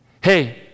Hey